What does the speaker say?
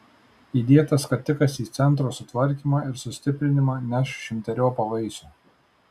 įdėtas skatikas į centro sutvarkymą ir sustiprinimą neš šimteriopą vaisių